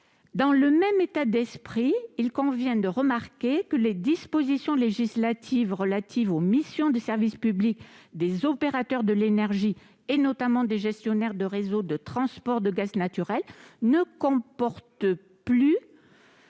n° 849 rectifié . Il convient de remarquer que les dispositions législatives relatives aux missions de service public des opérateurs de l'énergie, notamment des gestionnaires de réseau de transport de gaz naturel, ne comportent pas